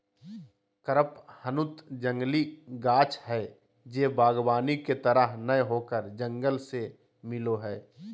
कडपहनुत जंगली गाछ हइ जे वागबानी के तरह नय होकर जंगल से मिलो हइ